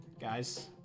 guys